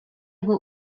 were